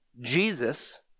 Jesus